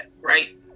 right